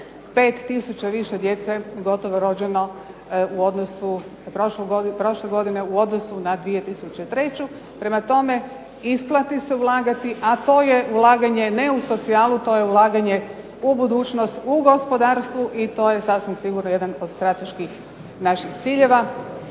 5000 više djece je gotovo rođeno prošle godine u odnosu na 2003. Prema tome isplati se ulagati, a to je ulaganje ne u socijalu, to je ulaganje u budućnost u gospodarstvu i to je sasvim sigurno jedan od strateških naših ciljeva.